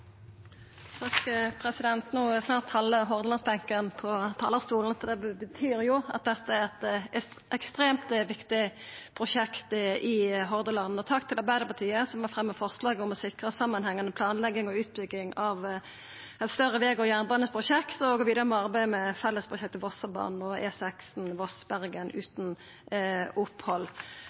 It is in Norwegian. det betyr jo at dette er eit ekstremt viktig prosjekt i Hordaland. Takk til Arbeidarpartiet, som har fremja forslaget om å sikra samanhengande planlegging og utbygging av større veg- og jernbaneprosjekt og om å gå vidare med arbeidet i fellesprosjektet Vossebanen og E16 Voss–Bergen utan opphald.